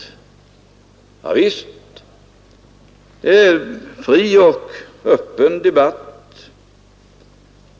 Javisst, vi har en fri och öppen debatt.